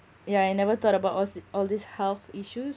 ya I never thought about all see all these health issues